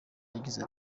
yagize